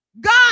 God